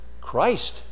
Christ